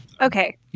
Okay